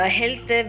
health